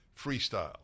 Freestyle